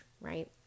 right